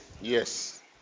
Yes